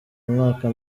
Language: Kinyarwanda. umwaka